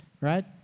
Right